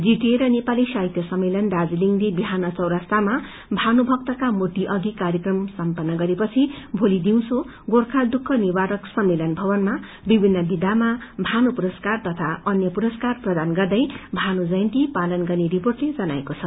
जीदिए र नेपाली साहितय सम्मेलन दाज्रीलिङले विहान चौरास्तामा भानुभक्त मूर्ति अधि कार्यक्रम सम्पन्न गरेपछि भोली दिउँसो गोख्य दुःख निवारक सम्मेलन भवनामा विभिन्न विधामा भानु पुरसकार तथा अन्य पुरस्कार प्रदान गर्दै भानु जयन्ती पालन गन्ने रिर्पोटले जनाएको छ